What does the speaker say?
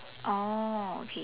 oh okay